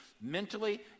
mentally